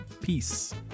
peace